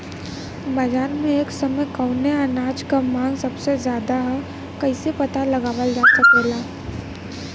बाजार में एक समय कवने अनाज क मांग सबसे ज्यादा ह कइसे पता लगावल जा सकेला?